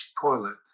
toilet